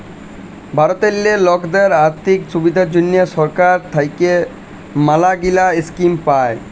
ভারতেল্লে লকদের আথ্থিক সুবিধার জ্যনহে সরকার থ্যাইকে ম্যালাগিলা ইস্কিম পায়